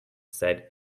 said